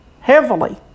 heavily